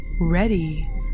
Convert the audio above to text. Ready